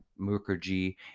Mukherjee